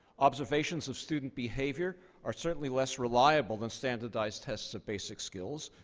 observations of student behavior are certainly less reliable than standardized tests of basic skills,